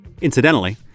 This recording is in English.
Incidentally